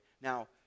Now